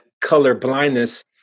colorblindness